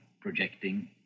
projecting